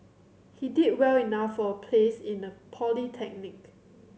he did well enough for a place in a polytechnic